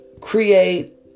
create